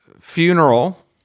funeral